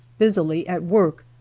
busily at work.